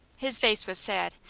his face was sad,